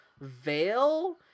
veil